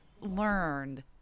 learned